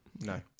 no